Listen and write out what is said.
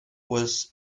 was